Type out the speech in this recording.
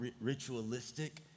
ritualistic